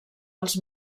els